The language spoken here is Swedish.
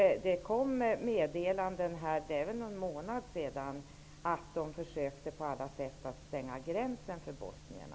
För någon månad sedan kom meddelanden om att man på alla sätt försökte stänga gränsen för bosnierna.